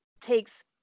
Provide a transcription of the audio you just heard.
takes